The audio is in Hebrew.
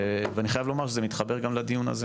ואני חייב לומר שזה מתחבר גם לדיון הזה.